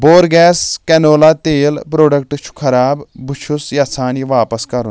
بور gas canola تیٖل product چھ خراب بہٕ چھُس یژھان یہِ واپس کرُن